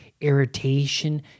irritation